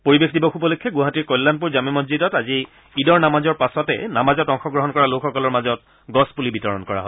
পৰিৱেশ দিৱস উপলক্ষে গুৱাহাটীৰ কল্যাণপুৰ জামে মছজিদত আজি ঈদৰ নামাজৰ পাছতে নামাজত অংশগ্ৰহণ কৰা লোকসকলৰ মাজত গছপুলি বিতৰণ কৰা হয়